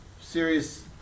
serious